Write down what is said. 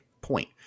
point